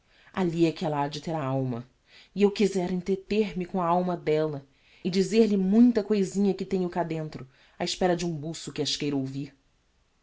alli é que ella hade ter a alma e eu quizera entreter me com a alma della e dizer-lhe muita cousinha que tenho cá dentro á espera de um buço que as queira ouvir